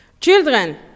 Children